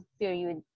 period